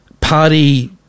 party